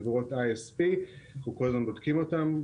חברות ISP. אנחנו כל הזמן בודקים אותן.